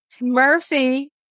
Murphy